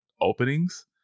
openings